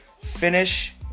finish